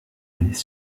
les